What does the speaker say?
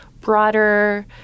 broader